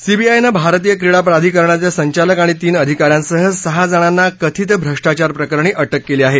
सीबीआयनं भारतीय क्रीडा प्राधिकरणाच्या संचालक आणि तीन अधिका यांसह सहाजणांना कथित भ्रष्टाचारप्रकरणी अटक केली आहे